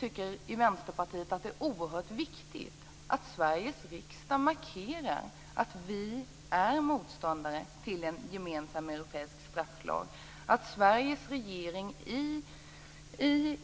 Vi i Vänsterpartiet tycker att det är oerhört viktigt att Sveriges riksdag markerar att vi är motståndare till en gemensam europeisk strafflag och att Sveriges regering i